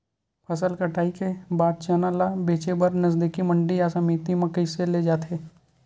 फसल कटाई के बाद चना ला बेचे बर नजदीकी मंडी या समिति मा कइसे ले जाथे?